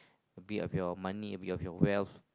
be of your money be of your wealth